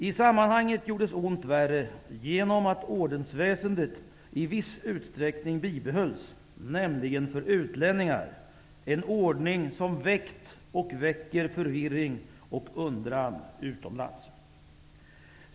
Ont gjordes värre genom att ordensväsendet i viss utsträckning bibehölls, nämligen för utlänningar. Detta är en ordning som väckt och väcker förvirring och undran utomlands.